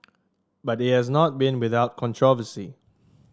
but it has not been without controversy